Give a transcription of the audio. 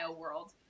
world